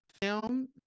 film